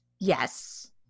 yes